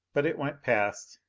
but it went past.